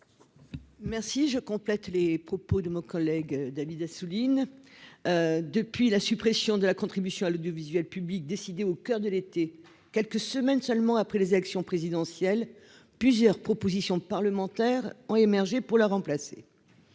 Merci je complète les propos de mon collègue David Assouline depuis la suppression de la contribution à l'audiovisuel public décidée au coeur de l'été, quelques semaines seulement après les élections présidentielles plusieurs propositions parlementaires ont émergé pour la remplacer,